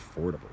affordable